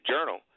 Journal